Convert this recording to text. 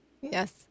yes